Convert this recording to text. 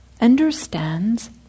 understands